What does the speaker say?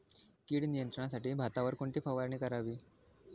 कीड नियंत्रणासाठी भातावर कोणती फवारणी करावी?